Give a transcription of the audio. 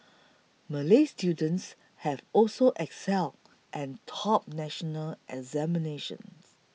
Malay students have also excelled and topped national examinations